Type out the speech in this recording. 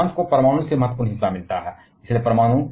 जबकि परमाणु से महत्वपूर्ण हिस्सा फ्रांस को मिलता है